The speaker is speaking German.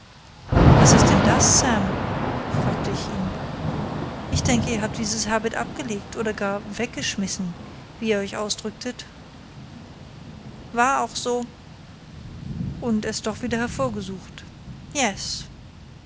was ist denn das sam fragte ich ihn ich denke ihr habt dieses habit abgelegt oder gar weggeschmissen wie ihr euch ausdrücktet war auch so und es doch wieder hervorgesucht yes